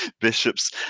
Bishop's